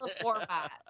format